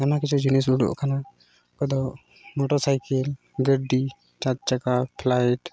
ᱟᱭᱢᱟ ᱠᱤᱪᱷᱩ ᱡᱤᱱᱤᱥ ᱩᱰᱩᱜ ᱠᱟᱱᱟ ᱚᱠᱚᱭ ᱫᱚ ᱢᱚᱴᱚᱨ ᱥᱟᱭᱠᱮᱹᱞ ᱜᱟᱹᱰᱤ ᱪᱟᱨ ᱪᱟᱠᱟ ᱯᱷᱞᱟᱭᱤᱴ